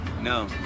No